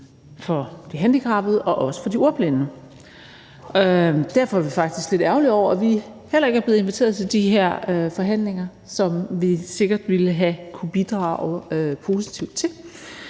for de handicappede og også for de ordblinde. Derfor er vi faktisk lidt ærgerlige over, at vi heller ikke er blevet inviteret til de her forhandlinger, som vi sikkert ville have kunnet bidrage positivt til.